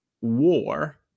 war